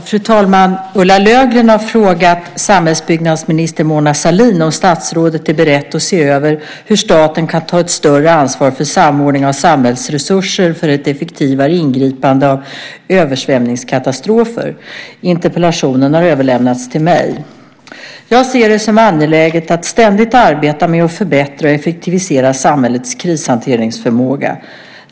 Fru talman! Ulla Löfgren har frågat samhällsbyggnadsminister Mona Sahlin om statsrådet är beredd att se över hur staten kan ta ett större ansvar för samordning av samhällsresurser för ett effektivare ingripande vid översvämningskatastrofer. Interpellationen har överlämnats till mig. Jag ser det som angeläget att ständigt arbeta med att förbättra och effektivisera samhällets krishanteringsförmåga.